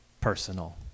personal